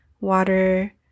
water